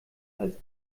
als